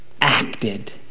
acted